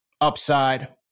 upside